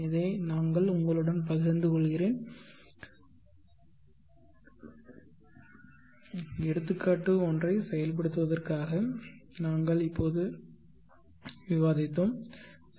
இதை நாங்கள் உங்களுடன் பகிர்ந்து கொள்கிறேன் எடுத்துக்காட்டு ஒன்றைச் செயல்படுத்துவதற்காக நாங்கள் இப்போது விவாதித்தோம் பி